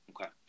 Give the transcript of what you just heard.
Okay